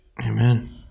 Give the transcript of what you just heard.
Amen